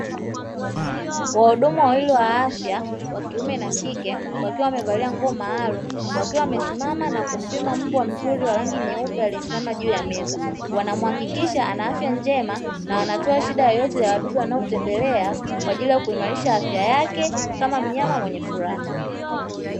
Wahudumu wawili wa afya wa kiume na kike, wakiwa wamevalia nguo maalumu, wakiwa wamesimama na kumpima mbwa mzuri wa rangi nyeupe aliyesimama juu ya meza. Wanamuhakikishia ana afya njema na wanatoa shida yoyote ya wadudu wanaotembea, kwa ajili ya kuimarisha afya yake kama mnyama mwenye furaha.